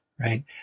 right